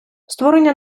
створення